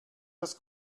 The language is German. das